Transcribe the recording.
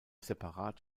separat